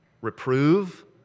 reprove